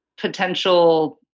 potential